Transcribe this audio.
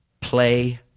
play